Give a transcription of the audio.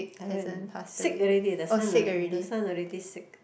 haven't sick already the son already the son already sick